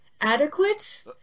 adequate